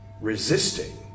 resisting